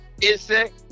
Insect